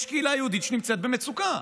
יש קהילה יהודית שנמצאת במצוקה,